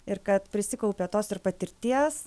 ir kad prisikaupė tos ir patirties